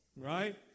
right